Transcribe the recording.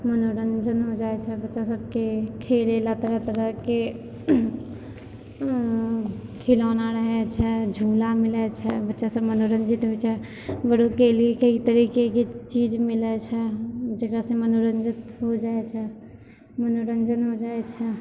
मनोरन्जन होइ जाइ छै बच्चा सबके खेलय लए तरह तरहके खिलौना रहय छै झूला मिलय छै बच्चा सब मनोरञ्जित होइ छै बड़ोंके लिये कइ तरीकेके चीज मिलय छै जकरासँ मनोरञ्जित होइ जाइ छै मनोरंजन होइ जाइ छै